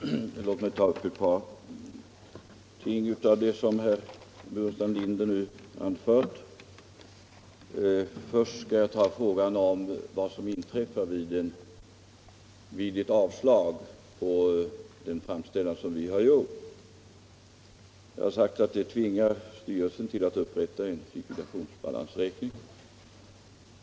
Herr talman! Låt mig ta upp ett par ting av det som herr Burenstam Linder anförde. Först frågan om vad som inträffar vid ett avslag på den framställning som regeringen har gjort. Jag har sagt att det tvingar styrelsen till att upprätta en likvidationsbalansräkning.